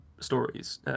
stories